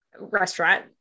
restaurant